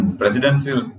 presidential